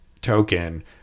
token